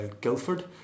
Guildford